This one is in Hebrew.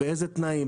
באיזה תנאים,